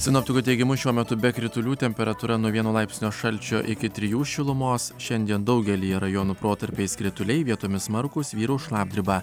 sinoptikų teigimu šiuo metu be kritulių temperatūra nuo vieno laipsnio šalčio iki trijų šilumos šiandien daugelyje rajonų protarpiais krituliai vietomis smarkūs vyraus šlapdriba